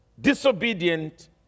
disobedient